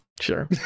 Sure